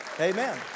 amen